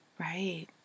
Right